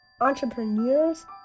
Entrepreneurs